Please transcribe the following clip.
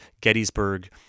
Gettysburg